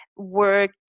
work